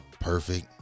perfect